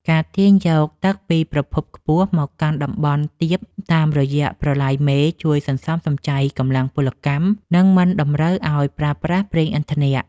ការទាញយកទឹកពីប្រភពខ្ពស់មកកាន់តំបន់ទាបតាមរយៈប្រឡាយមេជួយសន្សំសំចៃកម្លាំងពលកម្ម និងមិនតម្រូវឱ្យប្រើប្រាស់ប្រេងឥន្ធនៈ។